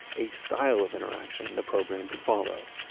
a style of interaction the program could follow.